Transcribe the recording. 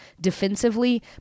defensively